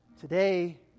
today